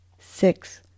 six